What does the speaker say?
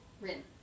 Rin